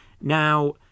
Now